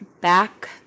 back